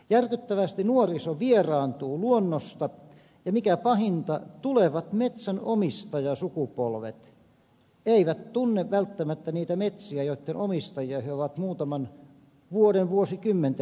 järkyttävästi nuoriso vieraantuu luonnosta ja mikä pahinta tulevat metsänomistajasukupolvet eivät tunne välttämättä niitä metsiä joitten omistajia he ovat muutaman vuoden vuosikymmenten päästä